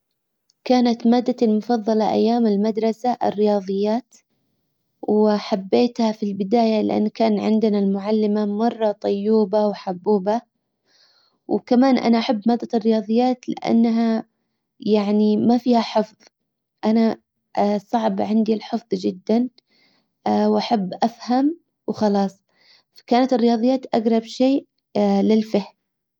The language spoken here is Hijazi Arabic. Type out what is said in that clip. كانت مادتي المفضلة ايام المدرسة الرياضيات وحبيتها في البداية لانه كان عندنا المعلمة مرة طيوبة وحبوبة وكمان انا احب مادة الرياضيات لانها يعني ما فيها حفظ انا صعب عندي الحفظ جدا واحب افهم وخلاص. فكانت الرياضيات اجرب شيء للفهم.